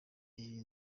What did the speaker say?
iyi